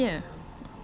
!wah! bestnya